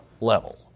level